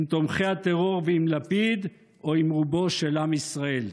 עם תומכי הטרור ועם לפיד או עם רובו של עם ישראל.